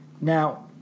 now